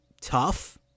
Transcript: tough